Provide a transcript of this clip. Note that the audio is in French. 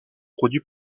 produit